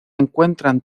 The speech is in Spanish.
encuentran